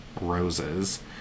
roses